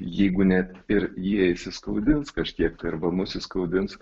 jeigu net ir jie įskaudins kažkiek tai arba mus įskaudins